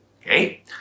Okay